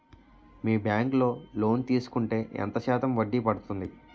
మీ bank లో loan తీసుకుంటే ఎంత శాతం వడ్డీ పడ్తుంది?